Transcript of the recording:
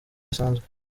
bisanzwe